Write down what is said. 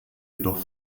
jedoch